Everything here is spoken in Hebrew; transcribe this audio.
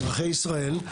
אזרחי ישראל,